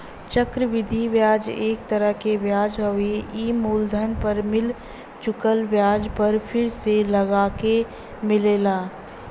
चक्र वृद्धि ब्याज एक तरह क ब्याज हउवे ई मूलधन पर मिल चुकल ब्याज पर फिर से लगके मिलेला